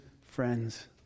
friends